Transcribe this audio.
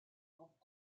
erop